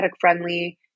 friendly